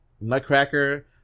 nutcracker